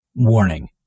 warning